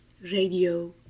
Radio